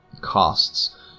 costs